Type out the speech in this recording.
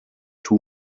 two